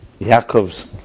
Yaakov's